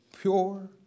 pure